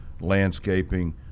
landscaping